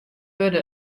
wurde